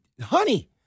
Honey